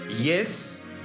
Yes